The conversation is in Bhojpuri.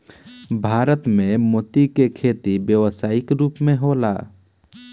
भारत में मोती के खेती व्यावसायिक रूप होला